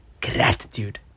gratitude